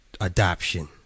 adoption